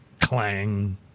Clang